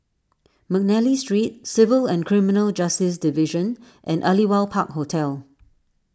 McNally Street Civil and Criminal Justice Division and Aliwal Park Hotel